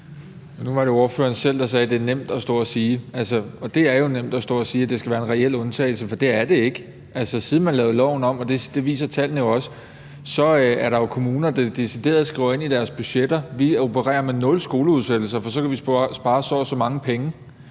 Nu var det ordføreren selv, der sagde, at det er nemt at stå og sige. Og det er jo nemt at stå og sige, at det skal være en reel undtagelse, for det er det ikke. Siden man lavede loven om, og det viser tallene jo også, er der kommuner, der decideret skriver ind i deres budgetter: Vi opererer med nul skoleudsættelser, for så kan vi spare så og så mange penge.